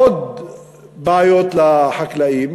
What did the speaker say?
עוד בעיות לחקלאים,